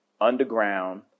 underground